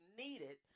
needed